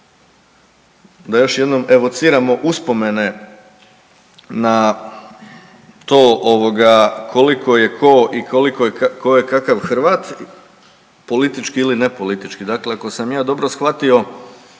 da još jednom evociramo uspomene na to ovoga koliko je tko i koliko je, tko je kakav Hrvat politički ili nepolitički. Dakle, ako sam ja dobro shvatio